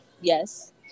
Yes